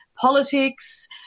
politics